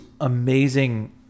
amazing